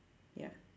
ya